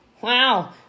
wow